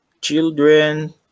children